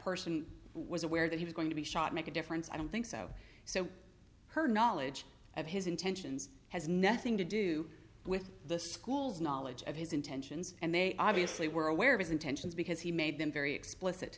person was aware that he was going to be shot make a difference i don't think so so her knowledge of his intentions has nothing to do with the school's knowledge of his intentions and they obviously were aware of his intentions because he made them very explicit